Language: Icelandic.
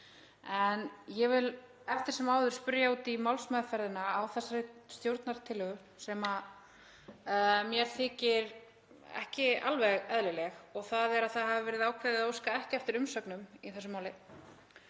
En ég vil eftir sem áður spyrja út í málsmeðferðina á þessari stjórnartillögu sem mér þykir ekki alveg eðlileg, þ.e. að það hafi verið ákveðið að óska ekki eftir umsögnum í þessu máli.